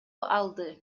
алды